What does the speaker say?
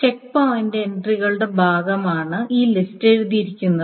check point എൻട്രിയുടെ ഭാഗമായാണ് ഈ ലിസ്റ്റ് എഴുതിയിരിക്കുന്നത്